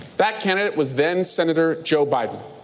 that candidate was then-senator joe biden.